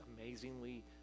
amazingly